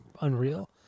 unreal